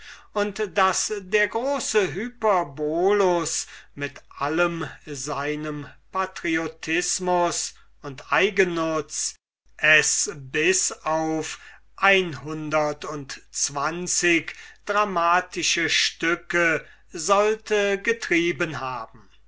und daß der große hyperbolus mit allem seinem patriotismus und eigennutz es bis auf dramatische stücke sollte getrieben haben